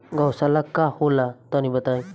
गौवशाला का होला तनी बताई?